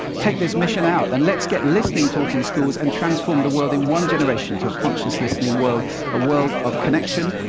take this mission out. and let's get listening taught in schools, and transform the world in one generation to a conscious, listening world a world of connection,